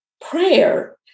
prayer